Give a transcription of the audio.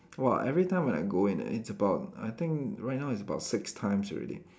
!wah! every time when I go in ah it's about I think right now it's about six times already